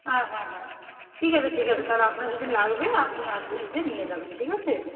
হ্যাঁ হ্যাঁ হ্যাঁ ঠিক আছে ঠিক আছে তাহলে আপনার যেদিন লাগবে আপনি এসে নিয়ে যাবেন ঠিক আছে